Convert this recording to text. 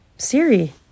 Siri